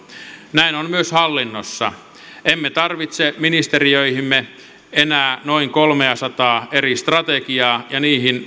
näin on myös hallinnossa emme tarvitse ministeriöihimme enää noin kolmeasataa eri strategiaa ja niihin